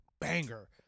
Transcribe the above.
Banger